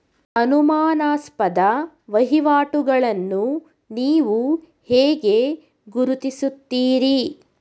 ಅನುಮಾನಾಸ್ಪದ ವಹಿವಾಟುಗಳನ್ನು ನೀವು ಹೇಗೆ ಗುರುತಿಸುತ್ತೀರಿ?